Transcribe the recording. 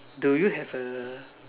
do you have a